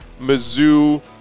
Mizzou